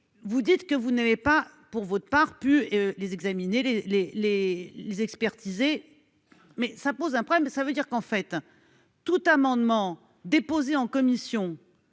vous dites que vous n'avez pas pour votre part pu les examiner les, les, les, les expertiser mais ça pose un problème, ça veut dire qu'en fait tout amendements déposés en commission